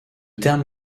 terme